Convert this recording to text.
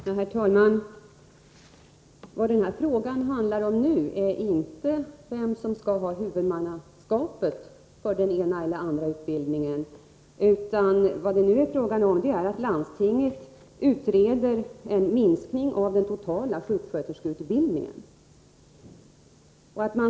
Herr talman! Vad frågan nu handlar om är inte vem som skall ha huvudmannaskapet för den ena eller andra utbildningen, utan vad det nu är fråga om är att landstinget utreder en minskning av den totala sjuksköterskeutbildningen.